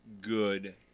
good